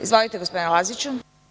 Izvolite, gospodine Laziću.